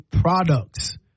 products